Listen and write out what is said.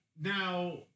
Now